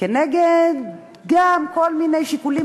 כנגד כל מיני שיקולים,